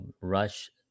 Rush